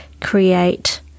create